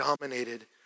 dominated